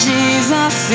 Jesus